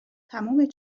تموم